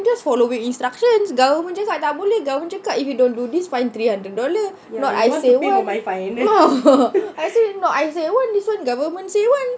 just follow the instructions government cakap tak boleh government cakap if you don't do this fine three hundred dollar not I say [one] I say not I say [one] this one governments say [one] ya